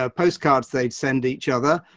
ah postcards they'd send each other,